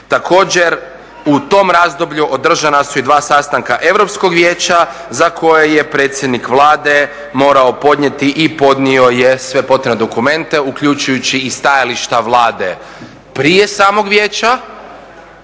Također, u tom razdoblju održana su i dva sastanka Europskog vijeća za koje je predsjednik Vlade morao podnijeti i podnio je sve potrebne dokumente uključujući i stajališta Vlade prije samog vijeća